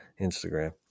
Instagram